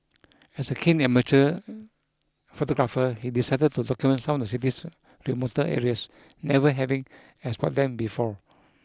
as a keen amateur photographer he decided to document some of the city's remoter areas never having explored them before